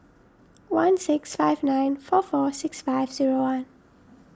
one six five nine four four six five zero one